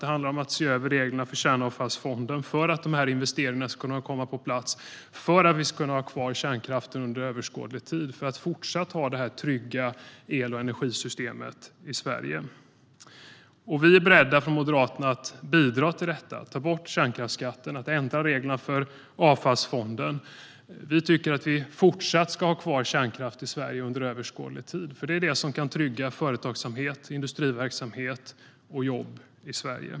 Det handlar om att se över reglerna för Kärnavfallsfonden för att investeringarna ska kunna komma på plats, för att vi ska kunna ha kvar kärnkraften under överskådlig tid och fortsätta ha detta trygga el och energisystem i Sverige. Vi i Moderaterna är beredda att bidra till detta - att ta bort kärnkraftsskatten och ändra reglerna för Kärnavfallsfonden. Vi tycker att vi fortsatt ska ha kvar kärnkraft i Sverige under överskådlig tid. Det är det som kan trygga företagsamhet, industriverksamhet och jobb i Sverige.